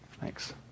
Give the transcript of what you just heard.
Thanks